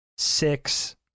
Six